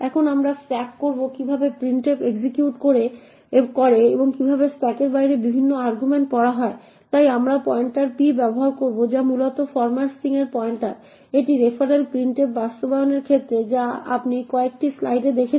এখন আমরা ট্র্যাক করব কিভাবে printf এক্সিকিউট করে এবং কিভাবে স্ট্যাকের বাইরে বিভিন্ন আর্গুমেন্ট পড়া হয় তাই আমরা পয়েন্টার p ব্যবহার করব যা মূলত ফরম্যাট স্ট্রিং এর পয়েন্টার এটি রেফারেল প্রিন্টএফ বাস্তবায়নের ক্ষেত্রে যা আপনি কয়েকটি স্লাইডে দেখেছেন